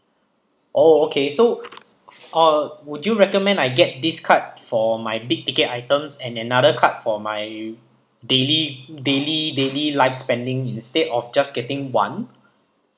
orh okay so uh would you recommend I get this card for my big ticket items and another card for my daily daily daily life spending instead of just getting one